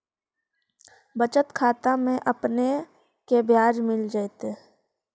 बचत खाता में आपने के ब्याज मिल जाएत